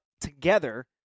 together